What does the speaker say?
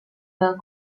were